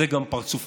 זה גם פרצופך,